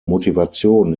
motivation